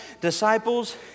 disciples